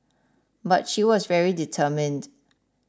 but she was very determined